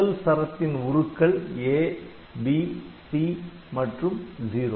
முதல் சரத்தின் உருக்கள் A B C மற்றும் '0'